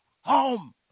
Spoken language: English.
Home